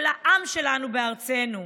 של העם שלנו בארצנו.